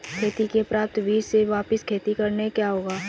खेती से प्राप्त बीज से वापिस खेती करने से क्या होगा?